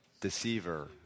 Deceiver